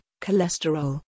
cholesterol